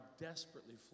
desperately